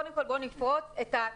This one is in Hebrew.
בואו קודם כל נפרוץ את הקיבעון,